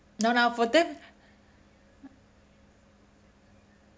no lah for them